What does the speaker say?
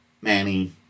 Manny